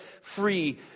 free